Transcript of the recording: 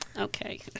okay